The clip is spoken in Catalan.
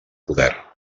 poder